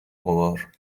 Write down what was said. غبار